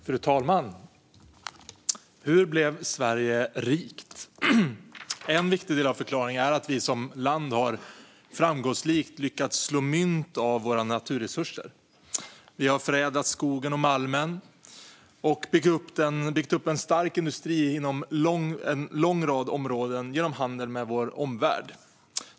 Fru talman! Hur blev Sverige rikt? En viktig del av förklaringen är att vi som land framgångsrikt har lyckats slå mynt av våra naturresurser. Vi har förädlat skogen och malmen och byggt upp en stark industri inom en lång rad områden genom handel med vår omvärld.